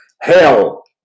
Hell